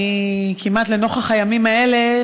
לנוכח הימים האלה,